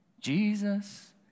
Jesus